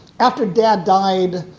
after dad died,